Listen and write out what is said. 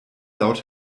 laut